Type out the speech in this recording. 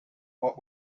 what